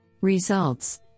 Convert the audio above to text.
Results